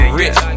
rich